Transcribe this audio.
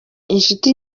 inshuti